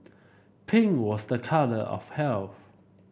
pink was a colour of health